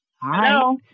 Hello